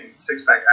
six-pack